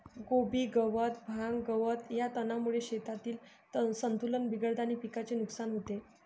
कोबी गवत, भांग, गवत या तणांमुळे शेतातील संतुलन बिघडते आणि पिकाचे नुकसान होते